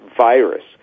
virus